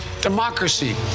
democracy